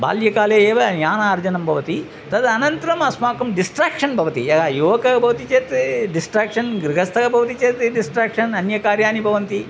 बाल्यकाले एव ज्ञानार्जनं भवति तद् अनन्तरम् अस्माकं डिस्ट्राक्षन् भवति यदा युवकः भवति चेत् डिस्ट्राक्षन् गृहस्थः भवति चेत् डिस्ट्राक्षन् अन्य कार्याणि भवन्ति